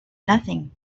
nothing